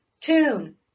tune